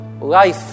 life